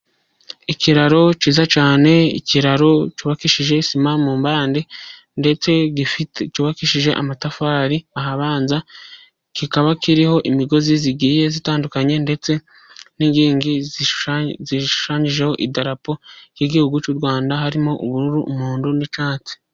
Ikiraro cyiza cyane, ikiraro cyubakishije sima mumpande, ndetse cyubakishije amatafari ahabanza. Kikaba kiriho imigozi igiye itandukanye, ndetse n'inkingi zishushanyijeho idarapo ry'igihugu cy'u Rwanda harimo: ubururu, umuhondo, n'icyatsi.